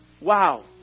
Wow